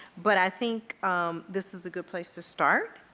but i think this is a good place to start.